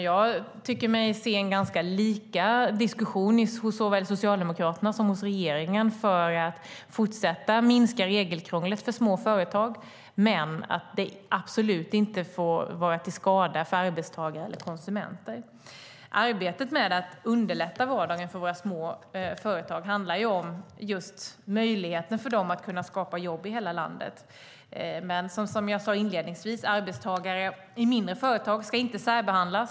Jag tycker mig se att det är ganska lika diskussioner hos Socialdemokraterna och hos regeringen när det gäller att man ska fortsätta att minska regelkrånglet för små företag men att det absolut inte får vara till skada för arbetstagare eller konsumenter. Arbetet med att underlätta vardagen för våra små företag handlar just om möjligheten för dem att skapa jobb i hela landet. Men, som jag sade inledningsvis: Arbetstagare i mindre företag ska inte särbehandlas.